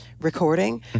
recording